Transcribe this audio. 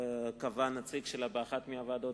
קבעה נציג שלה באחת מהוועדות,